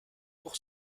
pour